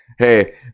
hey